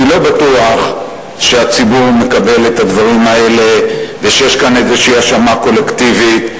אני לא בטוח שהציבור מקבל את הדברים האלה ויש כאן איזו האשמה קולקטיבית.